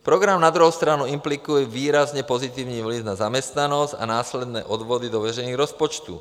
Program na druhou stranu implikuje výrazně pozitivní vliv na zaměstnanost a následné odvody do veřejných rozpočtů.